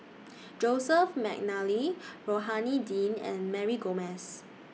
Joseph Mcnally Rohani Din and Mary Gomes